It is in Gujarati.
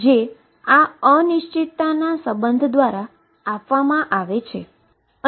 જે આ અનસર્ટેનીટી સંબંધ દ્વારા આપવામાં આવે છે